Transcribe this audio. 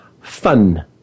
Fun